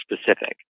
specific